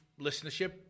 listenership